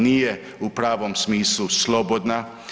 Nije u pravom smislu slobodna.